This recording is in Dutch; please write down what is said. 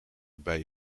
bij